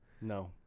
No